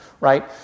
right